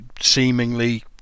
seemingly